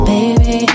Baby